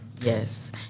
Yes